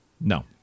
No